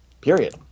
period